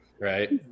Right